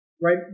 Right